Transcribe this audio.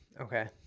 Okay